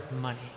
money